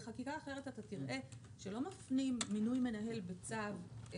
בחקיקה אחרת אתה תראה שלא מפנים מינוי מנהל בצו.